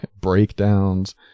breakdowns